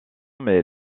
mais